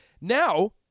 now